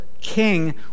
king